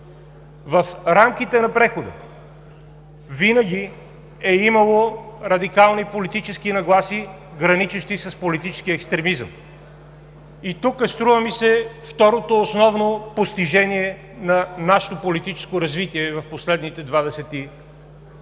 В рамките на прехода винаги е имало радикални политически нагласи, граничещи с политически екстремизъм. И тука, струва ми се, е второто основно постижение на нашето политическо развитие в последните 27 години,